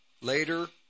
Later